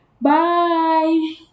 Bye